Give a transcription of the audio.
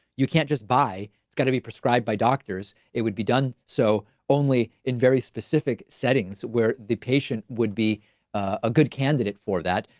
you can't just buy is going to be prescribed by doctors. it would be done so only in very specific settings where the patient would be a good candidate for that.